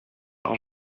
par